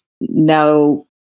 now